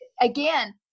again